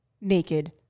Naked